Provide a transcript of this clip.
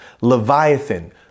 Leviathan